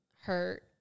hurt